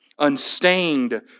Unstained